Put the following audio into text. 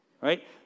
Right